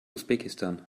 usbekistan